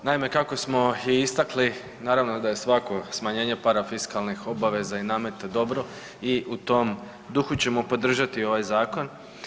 Naime, kako smo i istakli naravno da je svako smanjenje parafiskalnih obaveza i nameta dobro i u tom duhu ćemo podržati ovaj zakon.